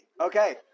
okay